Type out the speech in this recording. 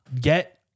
Get